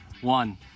One